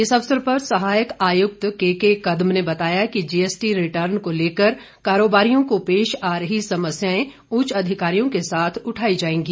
इस अवसर पर सहायक आयुक्त केके कदम ने बताया कि जीएसटी रिटर्न को लेकर कारोबारियों को पेश आ रही समस्याएं उच्च अधिकारियों के साथ उठाई जाएंगी